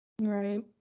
Right